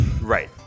Right